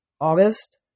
August